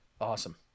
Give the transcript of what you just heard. Awesome